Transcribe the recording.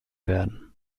werden